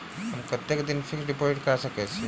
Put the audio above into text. हम कतेक दिनक फिक्स्ड डिपोजिट करा सकैत छी?